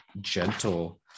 gentle